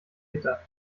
gitter